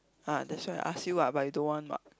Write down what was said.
ah that's why ask you but you don't want mah